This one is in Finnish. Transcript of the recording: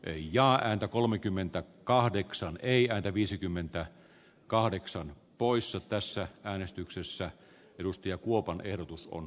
ei jaa ääntä kolmekymmentä kahdeksan ei ääntä viisikymmentä kahdeksan poissa tässä äänestyksessä edusti ja kuopan kuin on